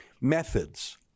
Methods